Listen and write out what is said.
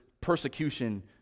persecution